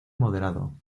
moderado